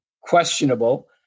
questionable